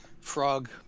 frog